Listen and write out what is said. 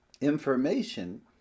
Information